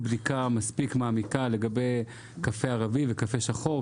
בדיקה מספיק מעמיקה לגבי קפה ערבי וקפה שחור,